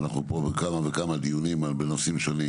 אנחנו פה בכמה וכמה דיונים אבל בנושאים שונים,